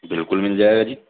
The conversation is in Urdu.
بالکل مل جائے گا جی